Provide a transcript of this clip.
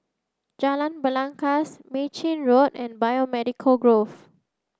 Jalan Belangkas Mei Chin Road and Biomedical Grove